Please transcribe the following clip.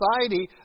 society